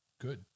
Good